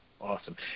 Awesome